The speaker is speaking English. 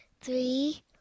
three